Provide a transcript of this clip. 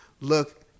look